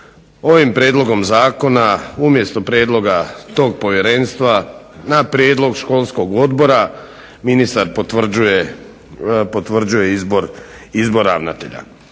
ovim prijedlogom zakona umjesto prijedloga tog povjerenstva na prijedlog školskog odbora ministar potvrđuje izbor ravnatelja.